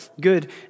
good